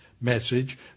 message